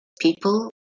People